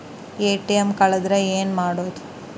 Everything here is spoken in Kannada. ಎ.ಟಿ.ಎಂ ಕಳದ್ರ ಏನು ಮಾಡೋದು?